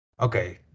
Okay